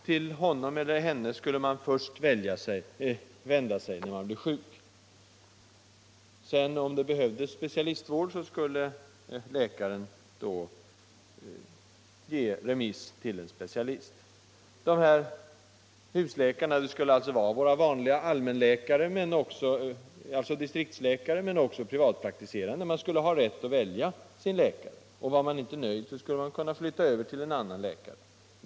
Till honom eller henne skulle man först vända sig när man blev sjuk. Om det behövdes specialistvård skulle läkaren då ge remiss till en specialist. Husläkarna skulle kunna vara vanliga allmänläkare, alltså distriktsläkare, men också privatpraktiserande. Man skulle ha rätt att välja sin läkare. Var man inte nöjd skulle man kunna byta till en annan läkare.